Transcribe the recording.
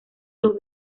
dos